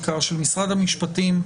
בעיקר של משרד המשפטים,